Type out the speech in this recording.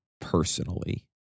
personally